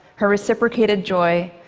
her reciprocated joy,